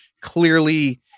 Clearly